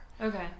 Okay